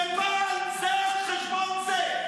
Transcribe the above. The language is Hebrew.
זה בא זה על חשבון זה.